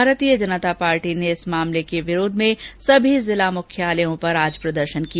भारतीय जनता पार्टी ने इस मामले के विरोध में सभी जिला मुख्यालयों पर आज प्रदर्षन किया